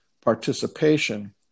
participation